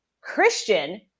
Christian